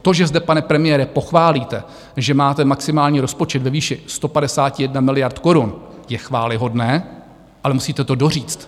To, že zde pane premiére pochválíte, že máte maximální rozpočet ve výši 151 miliard korun, je chvályhodné, ale musíte to doříct.